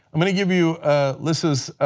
i mean give you lissa's